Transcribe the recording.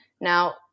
Now